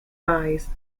rise